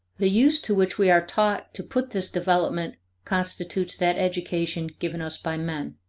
the use to which we are taught to put this development constitutes that education given us by men.